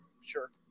Sure